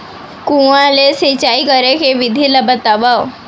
कुआं ले सिंचाई करे के विधि ला बतावव?